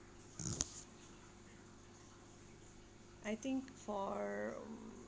I think for